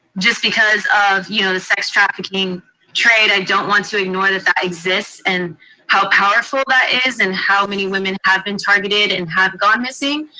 just because of you know the sex trafficking trade. i don't want to ignore that that exists, and how powerful that is and how many women have been targeted and have gone missing.